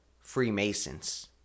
Freemasons